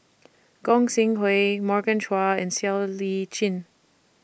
Gog Sing Hooi Morgan Chua and Siow Lee Chin